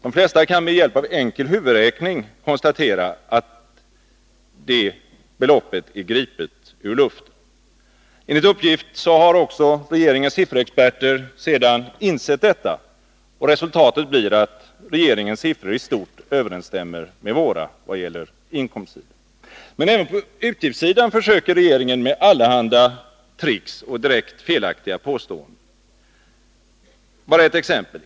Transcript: De flesta kan med hjälp av enkel huvudräkning konstatera att det beloppet är gripet ur luften. Enligt uppgift har regeringens sifferexperter insett detta och resultatet blir att regeringens siffror i stort överensstämmer med våra när det gäller inkomstsidan. Men även på utgiftssidan försöker regeringen med allehanda tricks och direkt felaktiga påståenden. Jag hinner ge bara ett exempel.